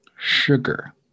sugar